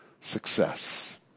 Success